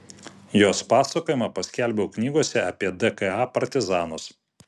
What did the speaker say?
jos pasakojimą paskelbiau knygose apie dka partizanus